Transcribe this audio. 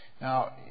Now